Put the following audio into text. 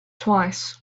twice